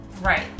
right